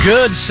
Good